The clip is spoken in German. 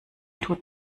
tut